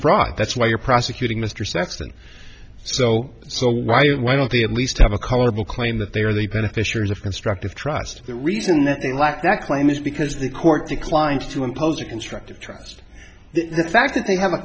fraud that's why you're prosecuting mr sexton so so why why don't they at least have a colorful claim that they are the beneficiaries of constructive trust the reason that they lack that claim is because the court declined to impose a constructive trust the fact that they have a